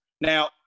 Now